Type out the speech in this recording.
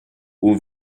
all